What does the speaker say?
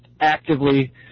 actively